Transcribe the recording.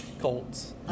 Colts